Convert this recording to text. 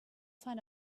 find